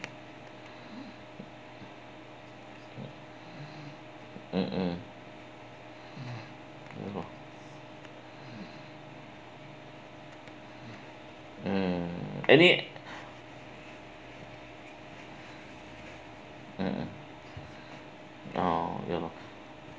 mmhmm mm any mmhmm uh ya lor